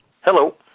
Hello